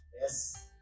Yes